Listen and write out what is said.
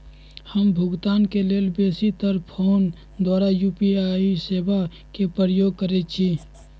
हम भुगतान के लेल बेशी तर् फोन द्वारा यू.पी.आई सेवा के प्रयोग करैछि